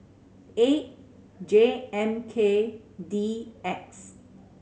eight J M K D X